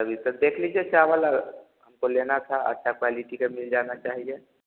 अभी सर देख लीजिए चावल अब हमको लेना था अच्छी क्वालिटी का मिल जाना चाहिए